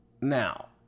Now